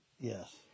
Yes